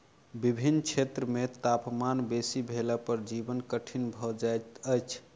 विभिन्न क्षेत्र मे तापमान बेसी भेला पर जीवन कठिन भ जाइत अछि